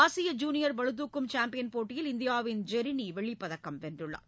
ஆசிய ஜுனியர் பளுதூக்கும் சாம்பியன் போட்டியில் இந்தியாவின் ஜெரீனி வெள்ளிப்பதக்கம் வென்றுள்ளார்